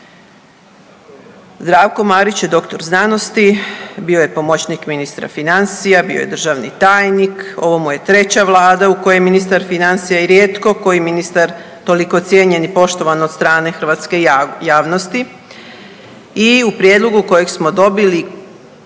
Zdravko Marić je doktor znanosti, bio je pomoćnik ministra financija, bio je državni tajnik ovo mu je treća vlada u kojoj je ministar financija i rijetko koji ministar toliko cijenjen i poštovan od strane hrvatske javnosti i u prijedlogu kojeg smo dobili,